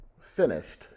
finished